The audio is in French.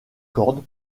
corde